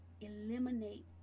eliminate